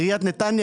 עיריית נתניה,